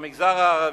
במגזר הערבי,